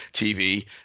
TV